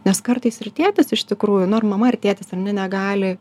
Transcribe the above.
nes kartais ir tėtis iš tikrųjų nu ir mama ir tėtis ar ne negali